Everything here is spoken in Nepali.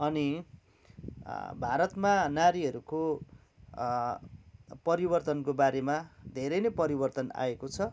अनि भारतमा नारीहरूको परिवर्तनको बारेमा धेरैनै परिवर्तन आएको छ